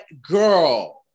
Girl